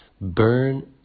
Burn